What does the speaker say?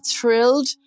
thrilled